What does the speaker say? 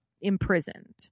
imprisoned